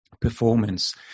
performance